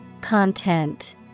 Content